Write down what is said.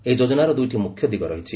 ଏହି ଯୋଜନାର ଦୂଇଟି ମୁଖ୍ୟ ଦିଗ ରହିଛି